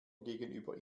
gegenüber